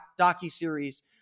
docu-series